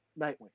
Nightwing